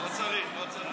לא צריך, לא צריך.